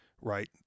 right